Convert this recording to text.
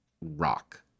Rock